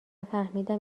فهمیدم